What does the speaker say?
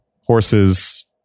horses